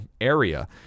area